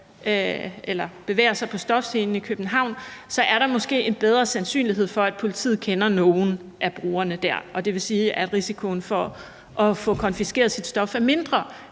man bevæger sig på stofscenen i København, er der måske en større sandsynlighed for, at politiet kender nogle af brugerne der, og det vil sige, at risikoen forat få konfiskeret sit stof er mindre,